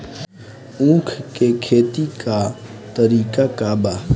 उख के खेती का तरीका का बा?